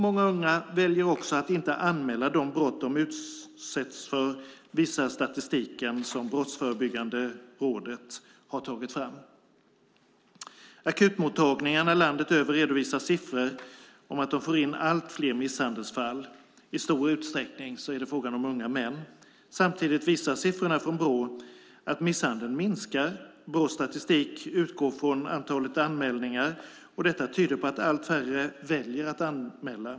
Många unga väljer att inte anmäla de brott de utsätts för, visar statistiken som Brottsförebyggande rådet har tagit fram. Akutmottagningarna landet över redovisar siffror på att de får in allt fler misshandelsfall. I stor utsträckning rör det sig om unga män. Samtidigt visar siffrorna från Brå att misshandeln minskar. Brås statistik utgår från antalet anmälningar, så detta tyder på att allt färre väljer att anmäla.